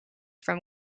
from